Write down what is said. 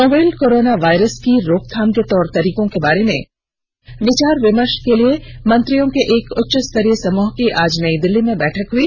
novel corona virus की रोकथाम के तौर तरीकों के बारे में विचार विमर्श के लिए मंत्रियों के एक उच्च स्तरीय समूह की आज नई दिल्ली में बैठक हुई